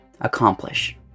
Accomplish